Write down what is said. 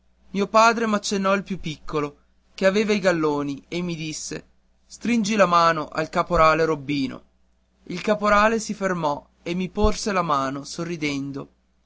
mio padre m'accennò il più piccolo che aveva i galloni e mi disse stringi la mano al caporale robbino il caporale si fermò e mi porse la mano sorridendo